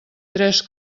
tres